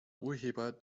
urheber